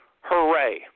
hooray